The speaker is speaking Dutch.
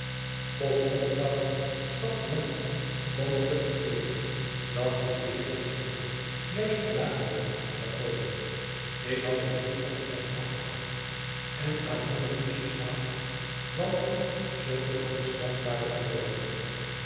slapferment kon ik het gebeteren dat die weerlichtsche knaap juist van daag weêrom zou komen ik had hem liever onderweg afgewacht en aan hondert piesjes gehakt dan dat ik zoo gelogenstraft ware geworden